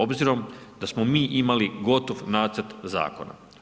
Obzirom da smo mi imali gotov nacrt zakona.